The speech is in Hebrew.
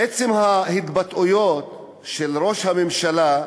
עצם ההתבטאויות של ראש הממשלה,